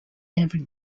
every